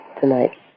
tonight